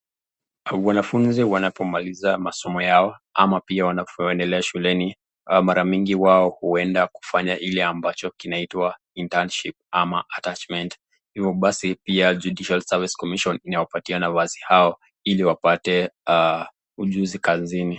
Wanafuzi wanapomaliza masomo yao, ama pia wanapoendelea shuleni mara mingi wao ueda kufanya ile ambacho kinaitwa internship ama attachment . Hivyo basi pia Judicial Service Commission inawapatia nafasi hao ili wapate ujunzi kazini.